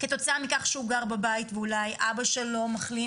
כתוצאה מכך שהוא גר בבית, ואולי אבא שלו מחלים